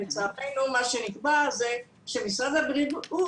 לצערנו מה שנקבע זה שמשרד הבריאות,